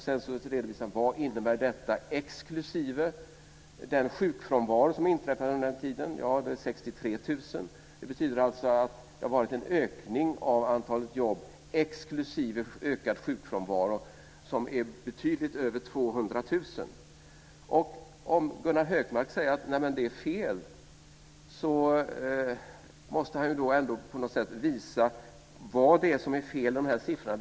Sedan redovisas vad detta innebär, exklusive den sjukfrånvaro som inträffat under tiden. Det handlar om 63 000. Det betyder alltså att det varit en ökning av antalet jobb, exklusive ökad sjukfrånvaro, som ligger betydligt över 200 000. Om Gunnar Hökmark säger att det är fel måste han på något sätt visa vad som är fel i de här siffrorna.